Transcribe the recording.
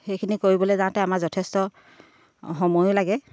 সেইখিনি কৰিবলৈ যাওঁতে আমাৰ যথেষ্ট সময়ো লাগে